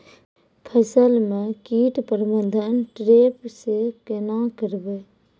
फसल म कीट प्रबंधन ट्रेप से केना करबै?